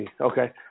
Okay